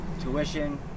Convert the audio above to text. Tuition